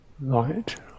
light